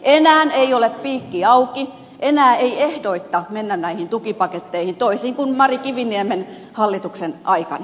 enää ei ole piikki auki enää ei ehdoitta mennä näihin tukipaketteihin toisin kuin mari kiviniemen hallituksen aikana